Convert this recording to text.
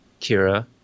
Kira